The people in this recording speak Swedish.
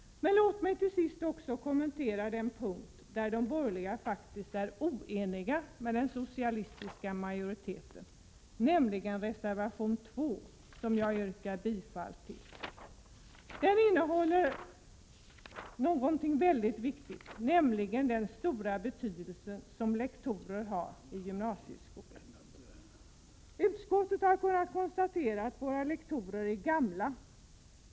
Låt mig vidare få kommentera en punkt där de borgerliga faktiskt är oeniga med den socialistiska majoriteten. Oenigheten framgår av reservation 2, som jag yrkar bifall till. Den innehåller en mycket viktig sak, nämligen den stora betydelse som lektorer har vid gymnasieskolan. Utskottet konstaterar att våra lektorer är gamla.